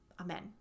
Amen